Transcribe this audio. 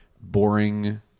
boring